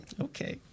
Okay